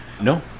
No